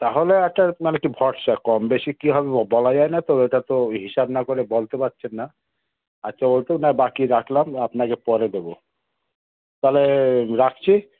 তাহলে একটা মানে কি ভরসা কম বেশি কি হবে বলা যায় না তো এটা তো হিসাব না করে বলতে পারছেন না আচ্ছা ওতো নয় বাকি রাখলাম আপনাকে পরে দেবো তাহলে রাখছি